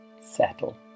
settle